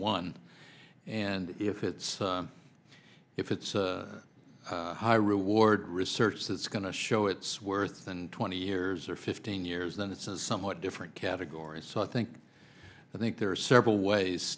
won and if it's if it's high reward research that's going to show it's worth and twenty years or fifteen years then it's a somewhat different category so i think i think there are several ways